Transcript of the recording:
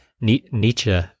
Nietzsche